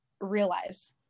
realize